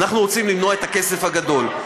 אנחנו רוצים למנוע את הכסף הגדול.